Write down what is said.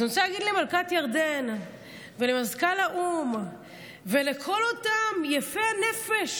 אז אני רוצה להגיד למלכת ירדן ולמזכ"ל האו"ם ולכל אותם יפי הנפש: